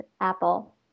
apple